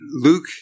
Luke